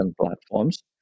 platforms